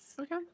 Okay